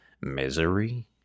misery